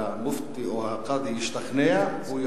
והמופתי או הקאדי ישתכנעו,